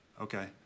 okay